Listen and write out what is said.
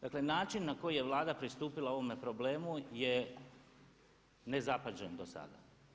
Dakle način na koji je Vlada pristupila ovome problemu je nezapažen do sada.